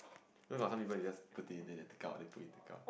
you know got some people they just put in then take out then put in take out